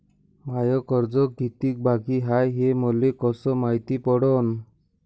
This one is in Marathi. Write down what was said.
माय कर्ज कितीक बाकी हाय, हे मले कस मायती पडन?